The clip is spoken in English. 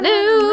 New